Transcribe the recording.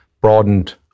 broadened